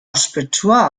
ospetsua